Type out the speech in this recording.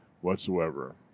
whatsoever